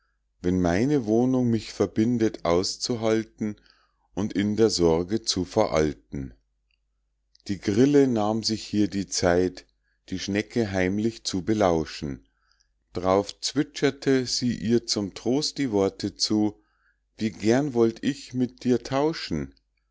wenn meine wohnung mich verbindet auszuhalten und in der sorge zu veralten die grille nahm sich hier die zeit die schnecke heimlich zu belauschen d'rauf zwitscherte sie ihr zum trost die worte zu wie gerne wollt ich mit dir tauschen